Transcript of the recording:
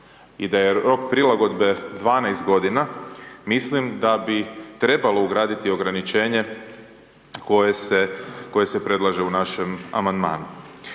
i da je rok prilagodbe 12 godina mislim da bi trebalo ugraditi ograničenje koje se predlaže u našem amandmanu.